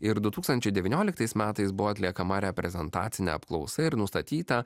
ir du tūkstančiai devynioliktais metais buvo atliekama reprezentacinė apklausa ir nustatyta